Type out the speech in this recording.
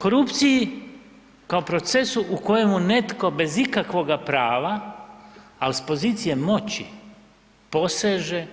Korupciji kao o procesu u kojemu netko bez ikakvoga prava, ali s pozicije moći poseže